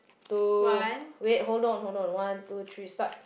two wait hold on hold on one two three start